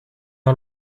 out